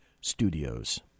Studios